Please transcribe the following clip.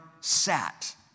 sat